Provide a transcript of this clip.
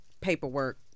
paperwork